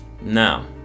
Now